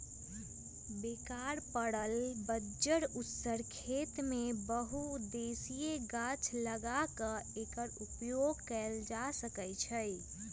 बेकार पड़ल बंजर उस्सर खेत में बहु उद्देशीय गाछ लगा क एकर उपयोग कएल जा सकै छइ